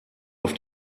auf